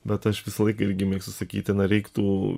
bet aš visąlaik irgi mėgstu sakyti na reiktų